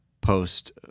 post